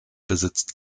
besitzt